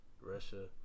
Russia